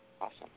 Awesome